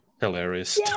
hilarious